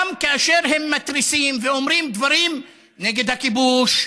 כאשר הם מתריסים ואומרים דברים נגד הכיבוש,